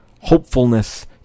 hopefulness